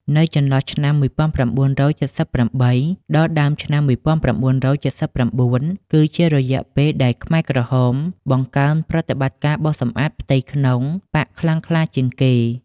នៅចន្លោះឆ្នាំ១៩៧៨ ដល់ដើមឆ្នាំ១៩៧៩ គឺជារយៈពេលដែលខ្មែរក្រហមបង្កើនប្រតិបត្តិការបោសសំអាតផ្ទៃក្នុងបក្សខ្លាំងក្លាជាងគេ។